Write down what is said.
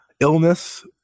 illness